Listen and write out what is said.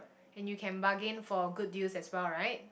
and you can bargain for good deals as well right